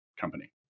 company